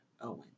Owen